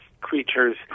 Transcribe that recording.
creatures